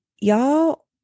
y'all